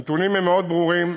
הנתונים הם מאוד ברורים,